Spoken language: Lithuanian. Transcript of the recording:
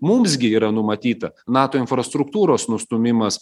mums gi yra numatyta nato infrastruktūros nustūmimas